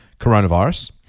coronavirus